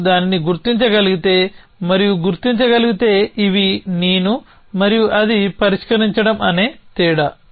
నేను దానిని గుర్తించగలిగితే మరియు గుర్తించగలిగితే ఇవి నేను మరియు అది పరిష్కరించడం అనే తేడా